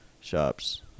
shops